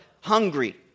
hungry